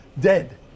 dead